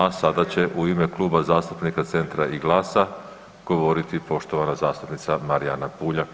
A sada će u ime Kluba zastupnika Centra i GLAS-a govoriti poštovana zastupnica Marijana Puljak.